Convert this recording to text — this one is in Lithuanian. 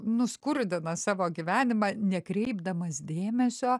nuskurdina savo gyvenimą nekreipdamas dėmesio